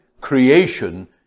creation